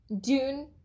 Dune